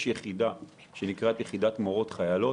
יש יחידה שנקראת "יחידת מורות חיילות"